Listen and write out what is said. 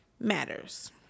matters